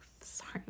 sorry